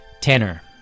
Tanner